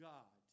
God